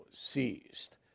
seized